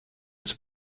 its